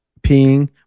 peeing